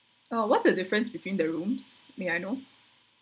ah what's the difference between the rooms may I know